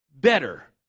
better